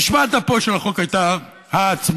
נשמת אפו של החוק הייתה ההצמדה.